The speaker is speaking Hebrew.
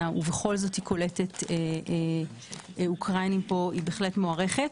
ובכל זאת קולטת אוקראינים היא בהחלט מוערכת.